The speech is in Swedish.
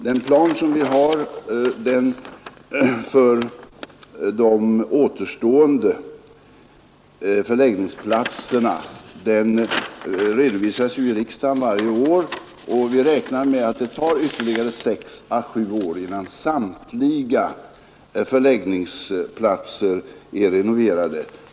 Den plan som vi har för de äterstående förläggningsplatserna redovisas ju i riksdagen varje år, och vi räknar med att det tar ytterligare sex å sju år innan samtliga förläggningsplatser är renoverade.